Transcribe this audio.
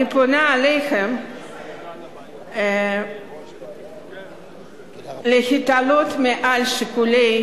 אני פונה אליכם להתעלות מעל שיקולים